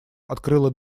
открыла